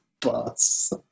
bus